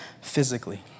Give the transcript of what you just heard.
physically